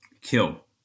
kill